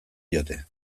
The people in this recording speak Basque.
diote